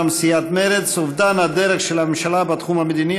סיעת מרצ: אובדן הדרך של הממשלה בתחום המדיני,